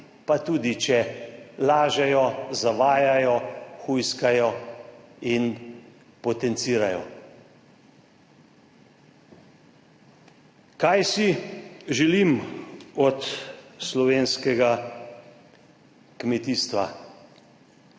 pa tudi če lažejo, zavajajo, hujskajo in potencirajo. Kaj si želim od slovenskega kmetijstva?